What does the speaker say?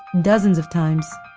dozens of times.